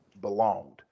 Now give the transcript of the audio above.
belonged